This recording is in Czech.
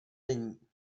není